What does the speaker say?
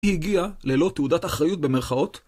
היא הגיעה ללא תעודת אחריות במרכאות?